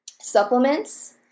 supplements